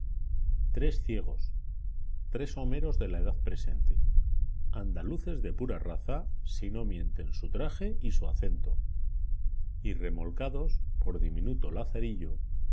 tres ciegos tres homeros de la edad presente andaluces de pura raza si no mienten su traje y su acento y remolcados por diminuto lazarillo